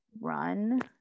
run